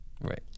Right